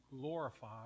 glorify